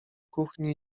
kuchni